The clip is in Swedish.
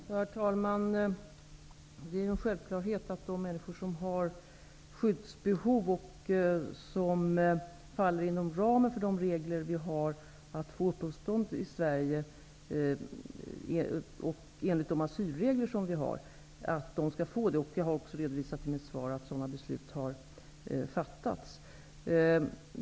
Herr talman! Det är självklart att de människor som har skyddsbehov och som faller inom ramen för våra regler skall få asyl. Jag har också i mitt svar redovisat att sådana beslut har fattats.